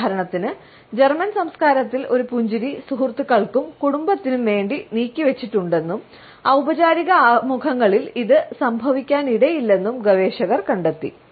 ഉദാഹരണത്തിന് ജർമ്മൻ സംസ്കാരത്തിൽ ഒരു പുഞ്ചിരി സുഹൃത്തുക്കൾക്കും കുടുംബത്തിനും വേണ്ടി നീക്കിവച്ചിട്ടുണ്ടെന്നും ഔപചാരിക ആമുഖങ്ങളിൽ ഇത് സംഭവിക്കാനിടയില്ലെന്നും ഗവേഷകർ കണ്ടെത്തി